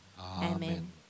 Amen